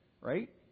Right